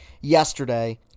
yesterday